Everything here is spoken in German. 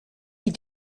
die